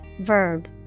verb